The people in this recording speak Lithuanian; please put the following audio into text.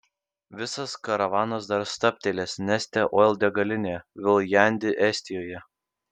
visas karavanas dar stabtelės neste oil degalinėje viljandi estijoje